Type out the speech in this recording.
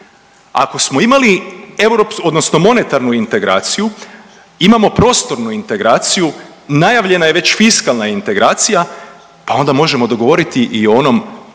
Ako smo imali odnosno monetarnu integraciju imamo prostornu integraciju. Najavljena je već fiskalna integracija, pa onda možemo dogovoriti i o onom,